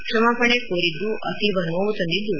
ಕ್ಷಮಾಪಣೆ ಕೋರಿದ್ದು ಅತೀವ ನೋವು ತಂದಿದ್ದು